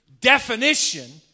definition